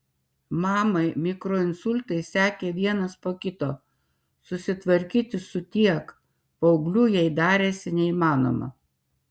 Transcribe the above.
mamai mikroinsultai sekė vienas po kito susitvarkyti su tiek paauglių jai darėsi neįmanoma